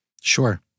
Sure